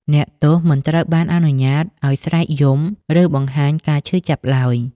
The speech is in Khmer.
អ្នកទោសមិនត្រូវបានអនុញ្ញាតឱ្យស្រែកយំ ឬបង្ហាញការឈឺចាប់ឡើយ។